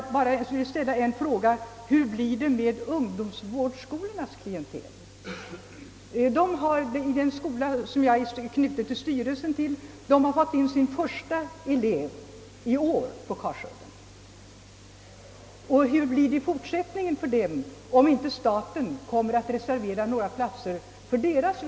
Då vill jag emellertid ställa en fråga: Hur blir det med ungdomsvårdsskolornas klientel? En skola, till vars styrelse jag är knuten, har nyligen fått in sin första elev på Karsuddens sjukhus. Hur blir det i fortsättningen för sådana elever, om inte staten reserverar några platser för dem?